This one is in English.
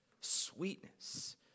sweetness